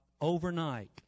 overnight